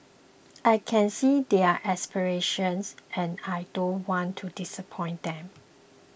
I can see their aspirations and I don't want to disappoint them